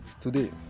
today